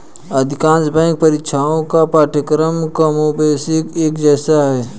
अधिकांश बैंक परीक्षाओं का पाठ्यक्रम कमोबेश एक जैसा है